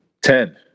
Ten